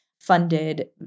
funded